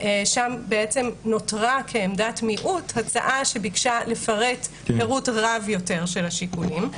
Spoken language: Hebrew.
שם בעצם נותרה כעמדת מיעוט הצעה שביקשה לפרט פירוט רב יותר של השיקולים.